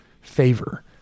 favor